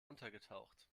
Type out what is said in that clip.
untergetaucht